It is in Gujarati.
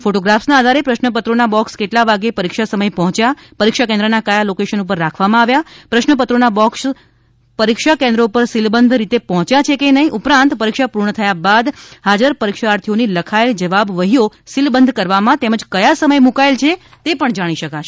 ફોટોગ્રાફસના આધારે પ્રશ્નપત્રોના બોક્ષ કેટલા વાગ્યે પરીક્ષા સમયે પહોચ્યા પરીક્ષા કેન્દ્રના કયા લોકેશન પર રાખવામાં આવ્યા પ્રશ્નપત્રોના બોક્ષ પરીક્ષા કેન્દ્રો પર સીલબંધ રીતે પહોચ્યા છે કે નહી ઉપરાંત પરીક્ષા પૂર્ણ થયા બાદ હાજર પરિક્ષાર્થીઓની લખાયેલ જવાબવહીઓ સીલબંધ કરવામાં તેમજ કયા સમયે મુકાયેલ છે તે પણ જાણી શકાશે